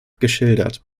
geschildert